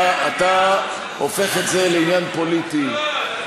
חבר הכנסת גילאון,